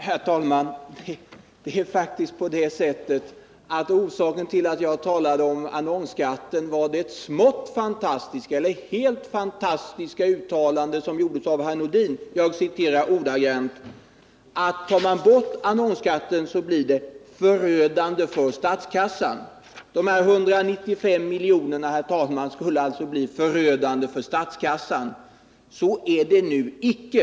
Herr talman! Orsaken till att jag talade om annonsskatten var det helt fantastiska uttalandet från herr Nordin, när han sade: ”Tar man bort annonsskatten blir det förödande för statskassan.” Dessa 195 milj.kr., herr talman, skulle alltså bli förödande för statskassan. Så är det nu inte.